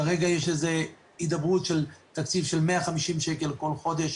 כרגע יש הידברות על תקציב של 150 שקל לכל חודש.